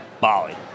Bali